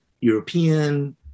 European